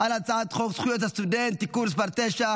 על הצעת חוק זכויות הסטודנט (תיקון מס' 9,